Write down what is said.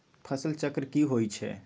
फसल चक्र की होइ छई?